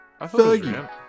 Fergie